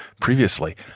previously